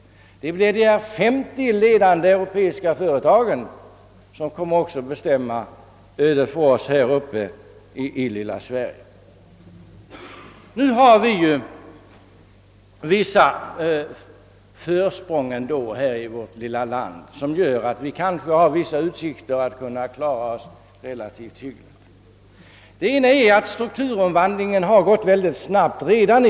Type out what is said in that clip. Det kommer att bli de 50 ledande europeiska företagen som bestämmer ödet även för oss här uppe i lilla Sverige. Men nu har vi ändå här i vårt land några försprång, som gör att vi kanske har vissa utsikter att klara oss relativt hyggligt. Det ena är att vår strukturomvandling redan har gått mycket långt.